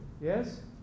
yes